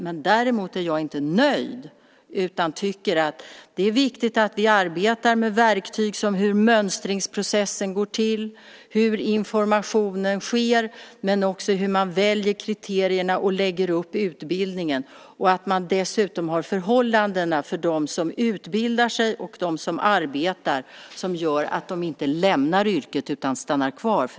Jag är dock inte nöjd utan tycker att det är viktigt att vi arbetar med verktyg som handlar om hur mönstringsprocessen går till och hur informationen sker men också hur man väljer kriterierna och lägger upp utbildningen. Dessutom behöver förhållandena för dem som utbildar sig och för dem som arbetar vara sådana att de inte lämnar yrket utan stannar kvar.